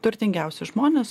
turtingiausi žmonės